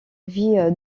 vie